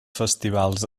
festivals